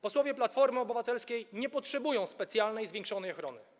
Posłowie Platformy Obywatelskiej nie potrzebują specjalnej, zwiększonej ochrony.